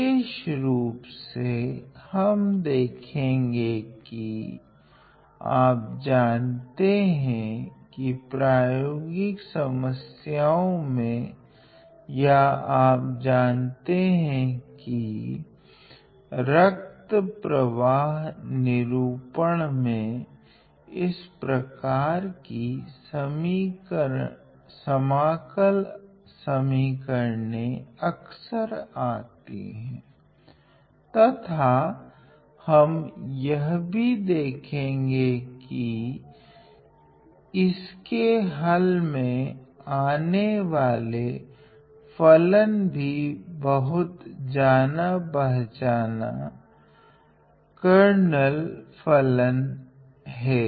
विषेशरूप से हम देखेगे की आप जानते हैं की प्रयोगिक समस्याओ में या आप जानते हैं कि रक्त प्रवाह निरूपण में इस प्रकार कि समाकल समीकरणे अकसर आती हैं तथा हम यह भी देखेगे कि इसके हल में आने वाला फलां भी बहुत जानापहचाना केर्नेल फलां हैं